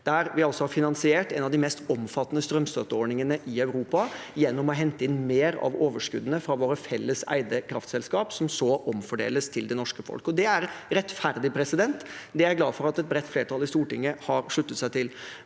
Vi har finansiert en av de mest omfattende strømstøtteordningene i Europa gjennom å hente inn mer av overskuddene fra våre felles eide kraftselskap, som så omfordeles til det norske folk. Det er rettferdig. Det er jeg glad for at et bredt flertall i Stortinget har sluttet seg til.